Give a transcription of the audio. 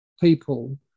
people